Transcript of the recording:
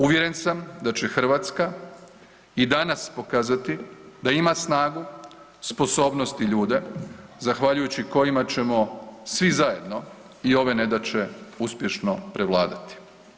Uvjeren sam da će Hrvatska i danas pokazati da ima snagu, sposobnost i ljude zahvaljujući kojima ćemo svi zajedno i ove nedaće uspješno prevladati.